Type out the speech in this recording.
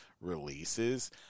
releases